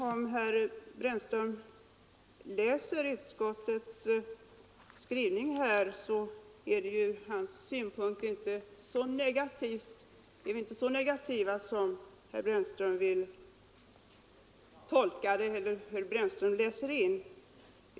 Om herr Brännström studerar utskottets skrivning ordentligt, så skall han finna att vi inte är så negativa som han ville läsa in.